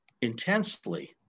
intensely